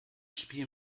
spiel